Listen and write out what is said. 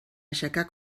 aixecar